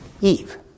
Eve